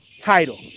Title